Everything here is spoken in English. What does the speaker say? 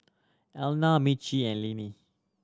Elna Mitch and Lenny